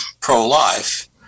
pro-life